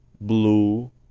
blue